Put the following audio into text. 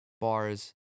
bars